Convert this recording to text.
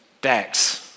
Dax